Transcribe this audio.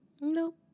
Nope